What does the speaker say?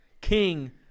King